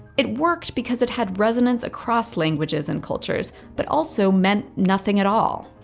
it worked because it had resonance across languages and cultures, but also meant nothing at all.